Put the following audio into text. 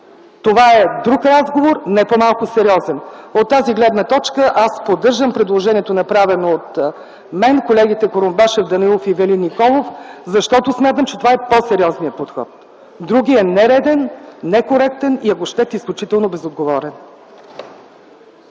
Това е друг разговор, не по-малко сериозен. От тази гледна точка аз поддържам предложението, направено от мен, колегите Курумбашев, Данаилов и Ивелин Николов, защото смятам, че това е по-сериозният подход. Другият е нереден, некоректен, ако щете – изключително безотговорен.